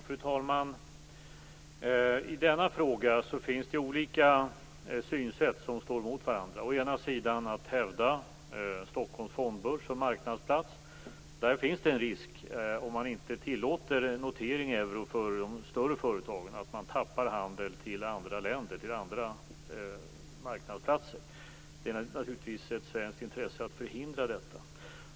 Fru talman! I denna fråga finns det olika synsätt som står mot varandra. Man kan å ena sidan hävda Stockholms fondbörs som marknadsplats. Om man inte tillåter notering i euro för de större företagen finns det en risk att man tappar handel till andra länder och andra marknadsplatser. Det är naturligtvis ett svenskt intresse att förhindra detta.